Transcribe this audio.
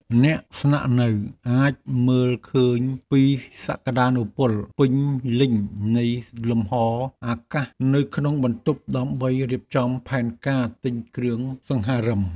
អ្នកស្នាក់នៅអាចមើលឃើញពីសក្ដានុពលពេញលេញនៃលំហរអាកាសនៅក្នុងបន្ទប់ដើម្បីរៀបចំផែនការទិញគ្រឿងសង្ហារិម។